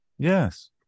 Yes